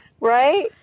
Right